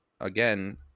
again